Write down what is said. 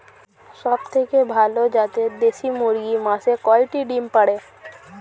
সবথেকে ভালো জাতের দেশি মুরগি মাসে কয়টি ডিম পাড়ে?